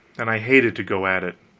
and i hated to go at it.